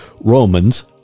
Romans